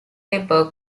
paper